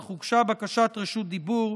אך הוגשה בקשת רשות דיבור.